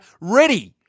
ready